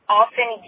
often